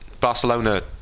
Barcelona